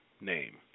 name